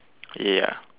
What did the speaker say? ya